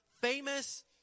famous